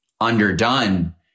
underdone